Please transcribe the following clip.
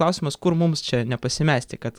klausimas kur mums čia nepasimesti kad